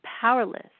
powerless